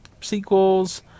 sequels